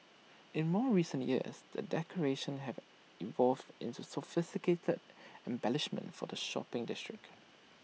in more recent years the decorations have evolved into sophisticated embellishments for the shopping district